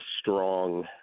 strong